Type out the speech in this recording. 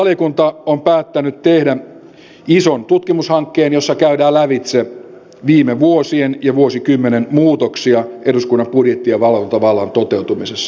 tarkastusvaliokunta on päättänyt tehdä ison tutkimushankkeen jossa käydään lävitse viime vuosien ja vuosikymmenen muutoksia eduskunnan budjetti ja valvontavallan toteutumisessa